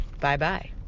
Bye-bye